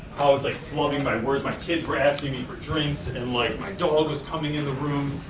i was like flubbing my words, my kids were asking me for drinks, and like my dog was coming in the room,